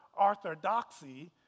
orthodoxy